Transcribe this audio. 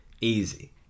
easy